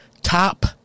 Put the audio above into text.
top